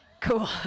Cool